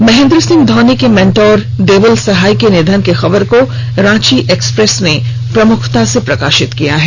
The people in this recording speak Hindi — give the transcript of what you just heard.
महेंद्र सिंह धौनी के मेंटर देवल सहाय के निधन की खबर को रांची एक्सप्रेस ने प्रमुखता से प्रकाशित किया है